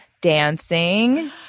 dancing